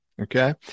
Okay